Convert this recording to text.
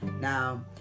Now